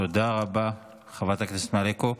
תודה רבה, חברת הכנסת מלקו.